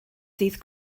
ddydd